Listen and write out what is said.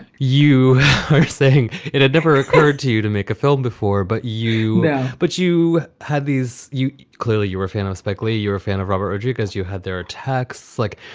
you were saying it had never occurred to you to make a film before, but you but you had these you clearly you were a fan of spike lee. you're a fan of robert odjick as you have. there are tech. so like